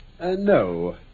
No